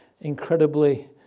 incredibly